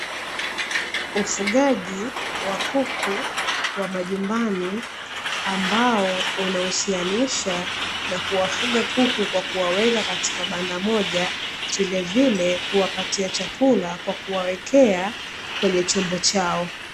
Ufugaji wa kuku wa majumbani ambao unahusianisha na kuwafuga kuku Kwa kuwaweka katika banda Moja vilevile kuwapatia chakula Kwa kuwawekea kwenye chombo chao.